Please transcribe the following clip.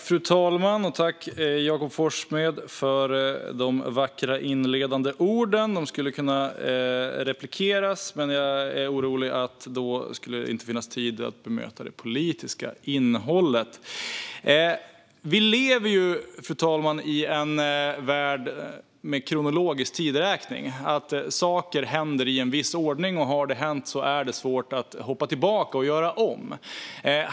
Fru talman! Tack, Jakob Forssmed, för de vackra orden du inledde med! Jag skulle gärna göra detsamma, men jag är orolig för att det då inte finns tid att bemöta det politiska innehållet. Fru talman! Vi lever i en värld med kronologisk tideräkning. Saker händer i en viss ordning, och när något har hänt är det svårt att hoppa tillbaka och göra om.